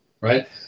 Right